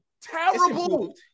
Terrible